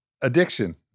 addiction